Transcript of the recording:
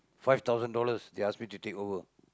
five thousand dollars they ask me to take over